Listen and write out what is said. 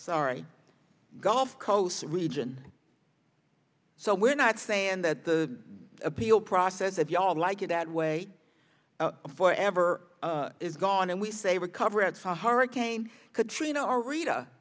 sorry gulf coast region so we're not saying that the appeal process that we all like it that way for ever is gone and we say recover it's hurricane katrina or rita